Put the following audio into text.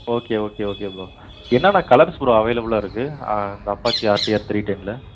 okay okay okay bro என்னென்ன colours bro அவைலபிளாக இருக்குது அந்த Apache R T R three டென்ல